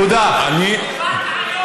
הבנתי היום.